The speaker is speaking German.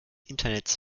internets